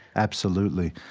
absolutely.